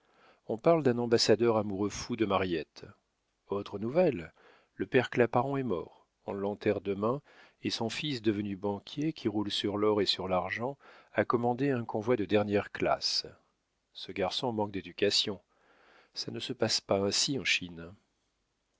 on parle d'un ambassadeur amoureux-fou de mariette autre nouvelle le père claparon est mort on l'enterre demain et son fils devenu banquier qui roule sur l'or et sur l'argent a commandé un convoi de dernière classe ce garçon manque d'éducation ça ne se passe pas ainsi en chine